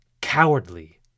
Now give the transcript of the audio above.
cowardly